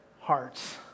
hearts